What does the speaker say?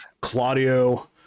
Claudio